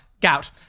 Gout